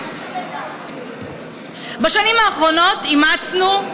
בשנים האחרונות אימצנו,